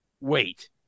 Wait